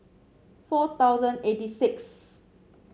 four thousand eighty sixth